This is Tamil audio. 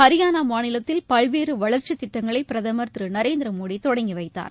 ஹரியானா மாநிலத்தில் பல்வேறு வளர்ச்சித் திட்டங்களை பிரதமர் திரு நரேந்திர மோடி தொடங்கி வைத்தார்